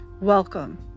Welcome